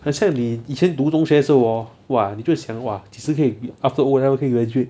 很像你以前读中学的时候 orh 哇就想哇几时可以 after O level 可以 graduate